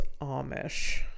amish